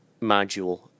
module